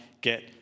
get